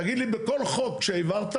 תגיד לי בכל חוק שהעברת,